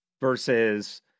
Versus